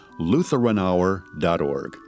lutheranhour.org